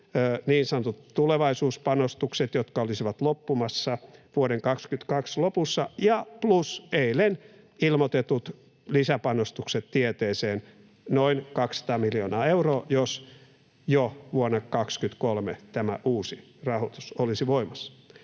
niin sanotut tulevaisuuspanostukset, jotka olisivat loppumassa vuoden 22 lopussa, plus eilen ilmoitetut lisäpanostukset tieteeseen, noin 200 miljoonaa euroa, jos jo vuonna 23 tämä uusi rahoitus olisi voimassa.